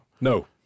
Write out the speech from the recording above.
No